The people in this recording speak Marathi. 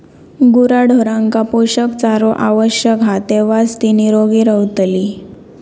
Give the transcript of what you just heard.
गुराढोरांका पोषक चारो आवश्यक हा तेव्हाच ती निरोगी रवतली